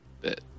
Bit